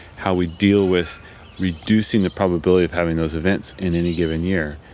how we deal with reducing the probability of having those events in any given year,